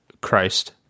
Christ